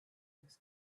was